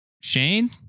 Shane